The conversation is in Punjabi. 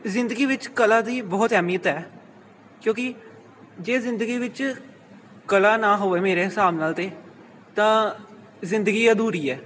ਜ਼ਿੰਦਗੀ ਵਿੱਚ ਕਲਾ ਦੀ ਬਹੁਤ ਅਹਿਮੀਅਤ ਹੈ ਕਿਉਂਕਿ ਜੇ ਜ਼ਿੰਦਗੀ ਵਿੱਚ ਕਲਾ ਨਾ ਹੋਵੇ ਮੇਰੇ ਹਿਸਾਬ ਨਾਲ ਤੇ ਤਾਂ ਜ਼ਿੰਦਗੀ ਅਧੂਰੀ ਹੈ